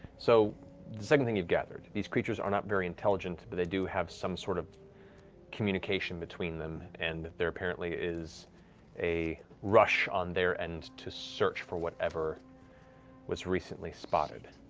so the second thing you've gathered, these creatures are not very intelligent, but they do have some sort of communication between them, and there apparently is a rush on their end to search for whatever was recently spotted.